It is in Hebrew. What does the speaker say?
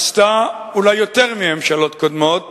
עשתה אולי יותר מממשלות קודמות